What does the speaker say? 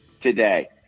today